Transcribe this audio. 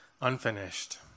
Unfinished